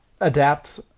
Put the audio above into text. adapt